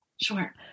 Sure